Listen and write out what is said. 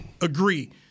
agree